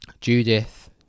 Judith